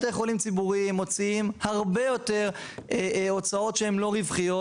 בתי חולים ציבוריים מוציאים הרבה יותר הוצאות שהן לא רווחיות,